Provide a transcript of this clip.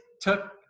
took